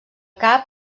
cap